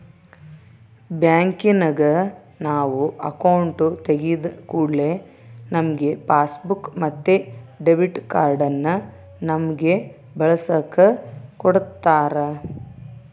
ಬ್ಯಾಂಕಿನಗ ನಾವು ಅಕೌಂಟು ತೆಗಿದ ಕೂಡ್ಲೆ ನಮ್ಗೆ ಪಾಸ್ಬುಕ್ ಮತ್ತೆ ಡೆಬಿಟ್ ಕಾರ್ಡನ್ನ ನಮ್ಮಗೆ ಬಳಸಕ ಕೊಡತ್ತಾರ